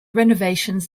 renovations